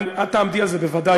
את תעמדי על זה בוודאי,